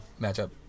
matchup